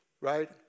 Right